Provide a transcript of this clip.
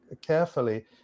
carefully